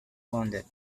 wounded